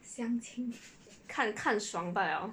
看看爽罢了